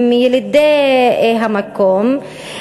הם ילידי המקום,